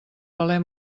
valer